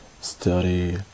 study